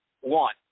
One